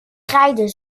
kraaide